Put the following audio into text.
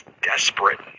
Desperate